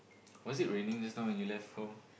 was it raining just now when you left home